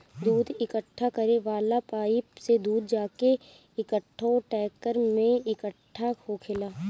दूध इकट्ठा करे वाला पाइप से दूध जाके एकठो टैंकर में इकट्ठा होखेला